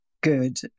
good